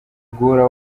guhora